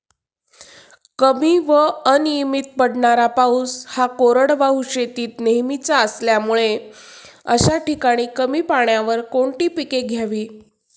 कमी व अनियमित पडणारा पाऊस हा कोरडवाहू शेतीत नेहमीचा असल्यामुळे अशा ठिकाणी कमी पाण्यावर कोणती पिके घ्यावी?